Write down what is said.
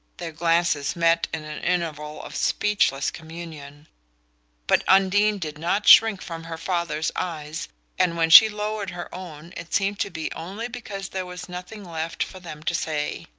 their glances met in an interval of speechless communion but undine did not shrink from her father's eyes and when she lowered her own it seemed to be only because there was nothing left for them to say.